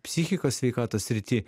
psichikos sveikatos srity